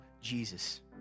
Jesus